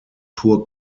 poor